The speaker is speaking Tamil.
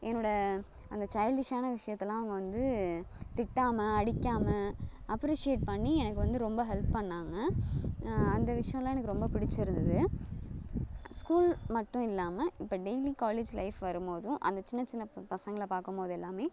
என்னோடய அந்த சைல்டிஸ்ஸான விஷயத்தெல்லாம் அவங்க வந்து திட்டாமல் அடிக்காமல் அப்ரிஷியேட் பண்ணி எனக்கு வந்து ரொம்ப ஹெல்ப் பண்ணாங்க அந்த விஷியம்லாம் எனக்கு ரொம்ப பிடிச்சிருந்துது ஸ்கூல் மட்டும் இல்லாமல் இப்போ டெய்லி காலேஜ் லைஃப் வரும் போதும் அந்த சின்னச் சின்ன பசங்களை பார்க்கும் போது எல்லாமே